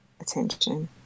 attention